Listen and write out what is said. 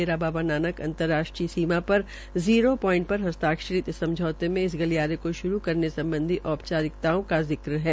डेरा बाबा नानक अंतर्राष्ट्रीय सीमा पर जीरो प्वाईट पर हस्ताआरित इस समझौते में इस गलियों को शुरू करने सम्बधी औपचारिकताओं का जिक्र है